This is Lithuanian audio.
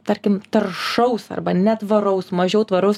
tarkim taršaus arba netvaraus mažiau tvaraus